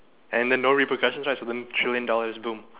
and then no repercussions right so then trillion dollars boom